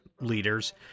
leaders